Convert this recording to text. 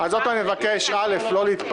אז עוד פעם אני מבקש, לא להתפרץ.